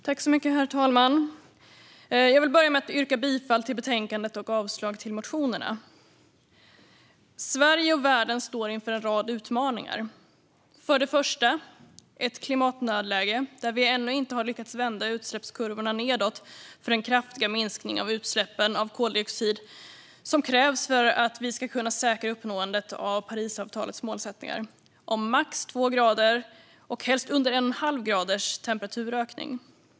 Herr talman! Jag vill börja med att yrka bifall till utskottets förslag i betänkandet och avslag på motionerna. Sverige och världen står inför en rad utmaningar. För det första är det ett klimatnödläge där vi ännu inte har lyckats vända utsläppskurvorna nedåt för den kraftiga minskning av utsläppen av koldioxid som krävs för att vi ska kunna säkra uppnåendet av Parisavtalets målsättningar om max 2 grader och helst 1,5 graders temperaturökning.